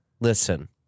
listen